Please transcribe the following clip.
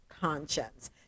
Conscience